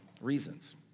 reasons